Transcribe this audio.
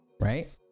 right